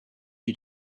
you